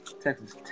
Texas